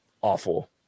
awful